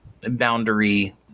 boundary